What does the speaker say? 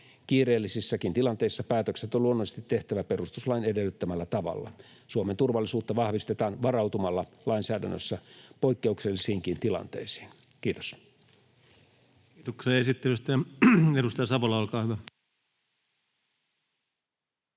Kiireellisissäkin tilanteissa päätökset on luonnollisesti tehtävä perustuslain edellyttämällä tavalla. Suomen turvallisuutta vahvistetaan varautumalla lainsäädännössä poikkeuksellisiinkin tilanteisiin. — Kiitos. [Speech 104] Speaker: